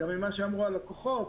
כי הלקוחות